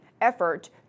effort